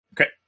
okay